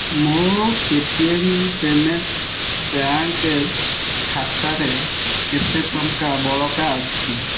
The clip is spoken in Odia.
ମୋ ପେଟିଏମ୍ ପେମେଣ୍ଟ୍ସ୍ ବ୍ୟାଙ୍କ୍ ଖାତାରେ କେତେ ଟଙ୍କା ବଳକା ଅଛି